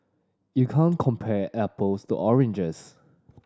you can't compare apples to oranges